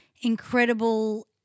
incredible